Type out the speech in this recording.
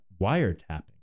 wiretapping